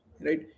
right